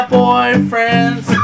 boyfriends